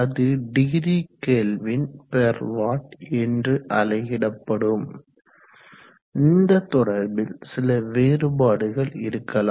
அது degree kelvin per watt என்று அலகிடப்படும் இந்த தொடர்பில் சில வேறுபாடுகள் இருக்கலாம்